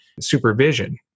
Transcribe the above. supervision